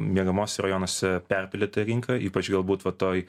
miegamuosiuose rajonuose perpildyta rinka ypač galbūt vat toj